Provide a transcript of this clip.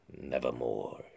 nevermore